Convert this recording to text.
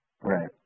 Right